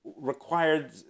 required